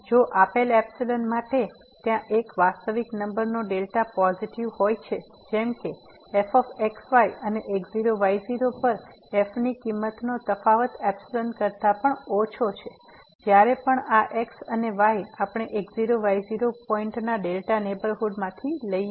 જો આપેલ એપ્સીલોન માટે ત્યાં એક વાસ્તવિક નંબરનો ડેલ્ટા પોઝિટિવ હોય છે જેમ કે f x y અને x0 y0 પર f ની કિંમત નો તફાવત એપ્સીલોન કરતા પણ ઓછો છે જ્યારે પણ આ x and y આપણે x0 y0 પોઈન્ટ ના ડેલ્ટા નેહબરહુડ માંથી લઈએ